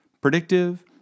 Predictive